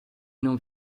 non